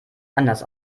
anders